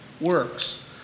works